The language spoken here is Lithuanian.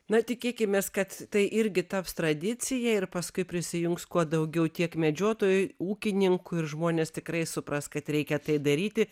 na tikėkimės kad tai irgi taps tradicija ir paskui prisijungs kuo daugiau tiek medžiotojų ūkininkų ir žmonės tikrai supras kad reikia tai daryti